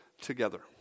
together